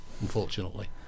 Unfortunately